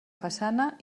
façana